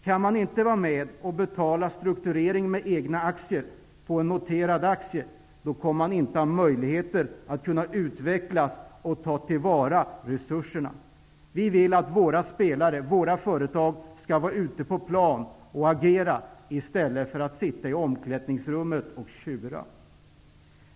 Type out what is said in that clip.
Kan man inte vara med och betala struktureringen med egna aktier, har man inte möjligheter att utvecklas och ta till vara resurserna. Vi vill att våra spelare, våra företag, skall vara ute på plan och agera i stället för att sitta i omklädningsrummet och tjura.